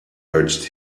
urged